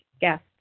guest